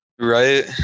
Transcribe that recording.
right